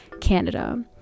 Canada